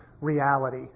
reality